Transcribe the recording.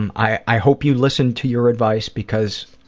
and i i hope you listen to your advice because